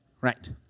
right